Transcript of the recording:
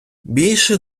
більше